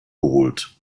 geholt